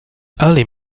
early